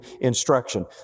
instruction